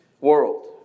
world